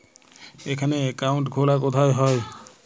এখানে অ্যাকাউন্ট খোলা কোথায় হয়?